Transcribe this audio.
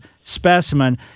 specimen